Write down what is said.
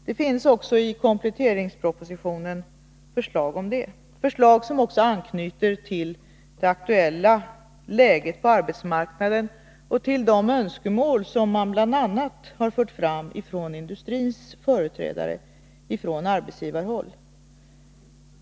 Det finns också i kompletteringspropositionen förslag härom, som anknyter till det aktuella läget på arbetsmarknaden och till de önskemål som man har fört fram, bl.a. från industrins sida och från arbetsgivarhåll.